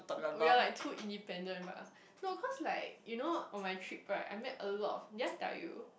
but we're like too independent but no cause like you know on my trip right I met a lot of did I tell you